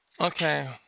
Okay